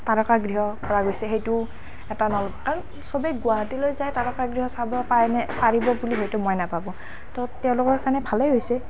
তাৰকাগৃহ কৰা গৈছে সেইটো এটা নল আৰু চবেই গুৱাহাটীলৈ যায় তাৰকাগৃহ চাবৰ পায়নে পাৰিব বুলি হয়টো মই নাভাবোঁ ত' তেওঁলোকৰ কাৰণে ভালেই হৈছে